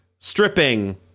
stripping